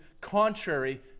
contrary